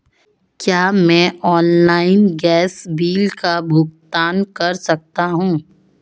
क्या मैं online gas bill का भुगतान कर सकता हूँ?